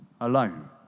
alone